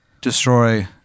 destroy